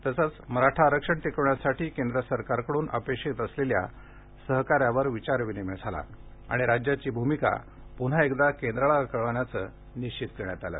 तसच मराठा आरक्षण टिकवण्यासाठी केंद्र सरकारकडून अपेक्षित असलेल्या सहकार्यावर विचारविनिमय झाला आणि राज्याची भूमिका प्न्हा एकदा केंद्राला कळविण्याचे निश्चित करण्यात आले